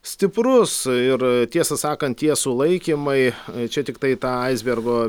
stiprus ir tiesą sakant tie sulaikymai čia tiktai ta aisbergo